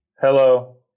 Hello